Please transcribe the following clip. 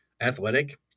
athletic